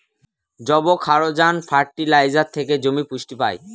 যবক্ষারজান ফার্টিলাইজার থেকে জমি পুষ্টি পায়